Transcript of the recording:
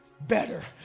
better